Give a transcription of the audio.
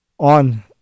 on